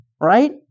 right